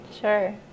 Sure